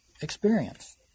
experience